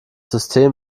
system